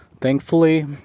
thankfully